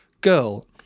girl